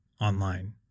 online